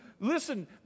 Listen